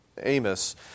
Amos